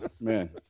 man